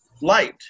light